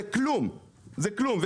זה כלום זה כלום,